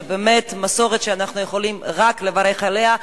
זו באמת מסורת שאנחנו יכולים רק לברך עליה.